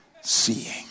seeing